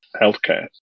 healthcare